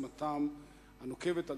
בעוצמתם הנוקבת,